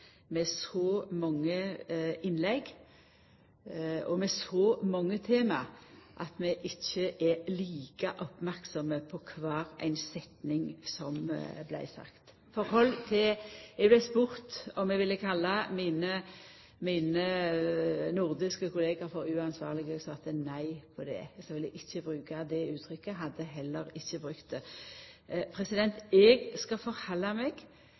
med så mange innlegg og så mange temaer, at vi ikkje er like merksame på kvar setning som blir sagt. Eg vart spurt om eg ville kalla mine nordiske kollegaer for uansvarlege, og eg svarte nei på det. Eg ville ikkje bruka det uttrykket, og eg hadde heller ikkje brukt det. Eg skal halda meg